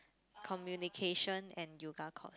communication and yoga course